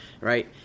right